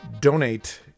Donate